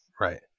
Right